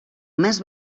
més